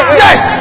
yes